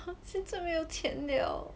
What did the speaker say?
!huh! 现在没有钱 liao